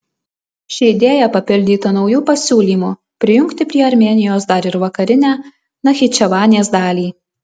ši idėja papildyta nauju pasiūlymu prijungti prie armėnijos dar ir vakarinę nachičevanės dalį